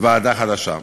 ועדה חדשה.